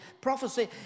Prophecy